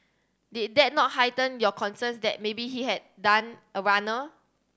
did that not heighten your concerns that maybe he had done a runner